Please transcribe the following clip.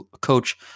coach